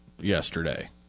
yesterday